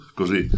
così